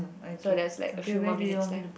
so there's like few more minutes left